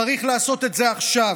צריך לעשות את זה עכשיו: